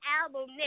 album